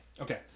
Okay